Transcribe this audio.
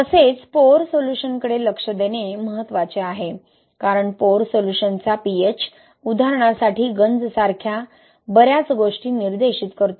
तसेचपोअर सोल्यूशनकडे लक्ष देणे महत्वाचे आहे कारण पोअर सोल्यूशनचा pH उदाहरणासाठी गंज सारख्या बर्याच गोष्टी निर्देशित करतो